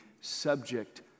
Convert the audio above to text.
subject